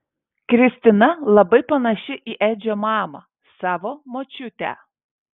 kristina labai panaši į edžio mamą savo močiutę